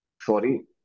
sorry